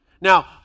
Now